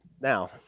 now